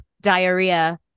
diarrhea